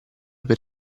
per